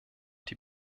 die